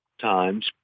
times